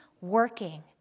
working